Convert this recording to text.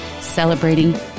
celebrating